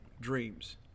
dreams